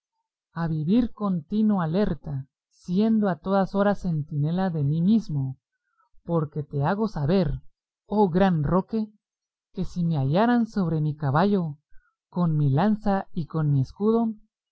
a vivir contino alerta siendo a todas horas centinela de mí mismo porque te hago saber oh gran roque que si me hallaran sobre mi caballo con mi lanza y con mi escudo